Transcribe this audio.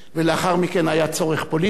ולאחר מכן היה צורך פוליטי,